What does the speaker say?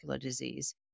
disease